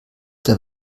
der